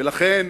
לכן,